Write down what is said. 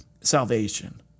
salvation